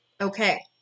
Okay